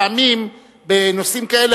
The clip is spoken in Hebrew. פעמים בנושאים כאלה,